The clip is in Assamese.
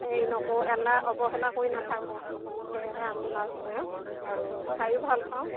হেৰি নকৰোঁ এলাহ অৱহেলা কৰি নাথাকোঁ আৰু সেয়েহে আমি মাছ ধৰোঁ আৰু খাইও ভাল পাওঁ